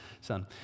son